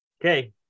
Okay